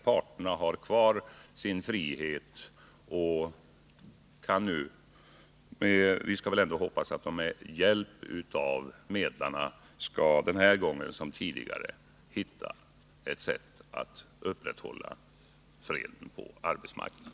Parterna har sin frihet. Vi måste väl ändå hoppas att de med hjälp av medlarna, denna gång som tidigare, skall hitta ett sätt att upprätthålla freden på arbetsmarknaden.